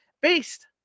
based